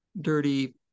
dirty